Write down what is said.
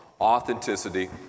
authenticity